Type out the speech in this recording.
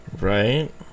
Right